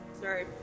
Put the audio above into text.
Sorry